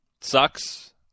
sucks